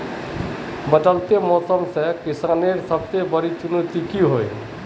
बदलते मौसम से किसानेर सबसे बड़ी चुनौती की होय?